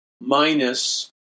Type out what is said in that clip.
minus